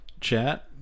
Chat